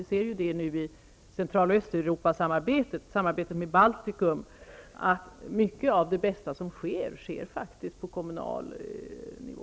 Vi ser nu i Central och Östeuropasamarbetet, samarbetet med Baltikum, att mycket av det bästa som sker händer på kommunal nivå.